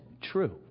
true